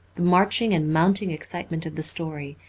the marching and mounting excitement of the story,